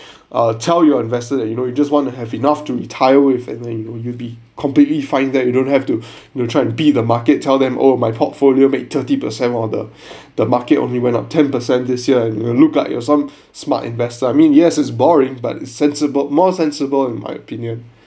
uh tell your investor that you know you just want to have enough to retire with and then you know you'll be completely fine that you don't have to try to beat the market tell them oh my portfolio make thirty percent while the the market only went up ten percent this year and you look like you're some smart investor I mean yes it's boring but it's sensible more sensible in my opinion